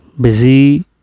busy